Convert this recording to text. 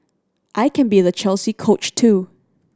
I can be the Chelsea Coach too